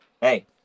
Hey